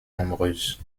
nombreuses